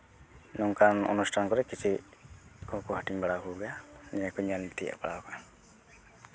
ᱱᱚᱝᱠᱟᱱ ᱚᱱᱩᱥᱴᱟᱱ ᱠᱚᱨᱮ ᱠᱤᱪᱷᱤ ᱠᱚᱦᱚᱸ ᱠᱚ ᱦᱟᱹᱴᱤᱧ ᱵᱟᱲᱟ ᱠᱚᱜᱮᱭᱟ ᱱᱤᱭᱟᱹ ᱠᱚ ᱧᱮᱞ ᱛᱤᱭᱳᱜ ᱵᱟᱲᱟ ᱠᱟᱜᱼᱟ